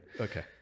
Okay